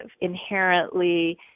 inherently